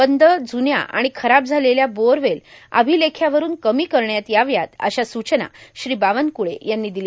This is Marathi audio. बंद जुन्या व खराब झालेल्या बोअरवेल र्आभलेख्यावरून कमी करण्यात याव्यात अशा सूचना बावनकुळे यांनी र्दिल्या